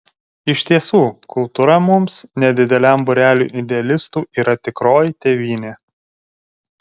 iš tiesų kultūra mums nedideliam būreliui idealistų yra tikroji tėvynė